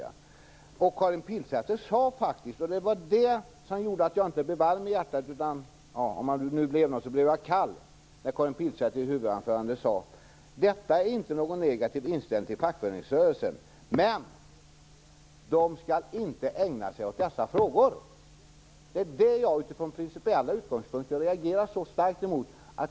Karin Pilsäter sade faktiskt i sitt huvudanförande, och det var det som gjorde att jag inte blev varm i hjärtat utan snarare kall: Detta är inte någon negativ inställning till fackföreningsrörelsen, men den skall inte ägna sig åt dessa frågor. Det är det jag utifrån principiella utgångspunkter reagerar så starkt emot.